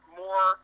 more